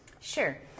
sure